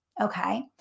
Okay